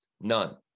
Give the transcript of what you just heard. None